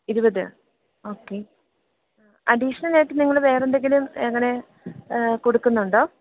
ഇരുപത് ഓക്കെ അഡിഷ്ണലായിട്ട് നിങ്ങൾ വേറെന്തെങ്കിലും അങ്ങനെ കൊടുക്കുന്നുണ്ടോ